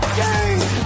game